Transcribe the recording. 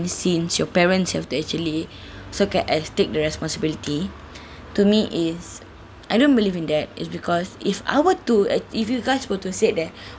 sins your parents have to actually so get as take the responsibility to me is I don't believe in that is because if I were to uh if you guys were to say that